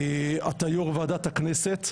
ואתה יושב ראש ועדת הכנסת.